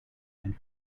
and